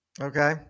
Okay